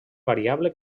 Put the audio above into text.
variable